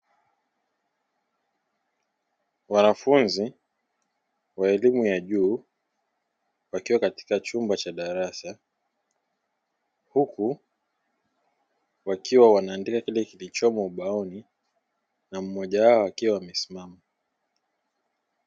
Wanafunzi wa elimu ya juu wakiwa katika chumba cha darasa, huku wakiwa wanaandika kile kilichomo ubaoni na mmoja wao akiwa amesimama.